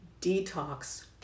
detox